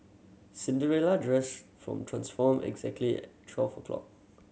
Cinderella dress transformed exactly twelve o'clock